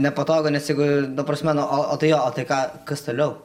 nepatogu nes jeigu ta prasme na o tai jo o tai ką kas toliau